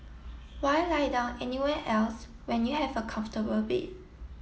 why lie down anywhere else when you have a comfortable bed